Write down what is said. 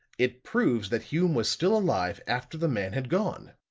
it proves that hume was still alive after the man had gone.